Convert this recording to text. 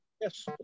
Yes